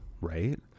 right